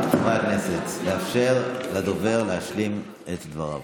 חברי הכנסת, לאפשר לדובר להשלים את דבריו.